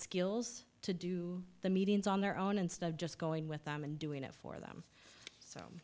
skills to do the meetings on their own instead of just going with them and doing it for them so